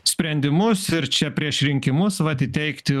sprendimus ir čia prieš rinkimus vat įteikti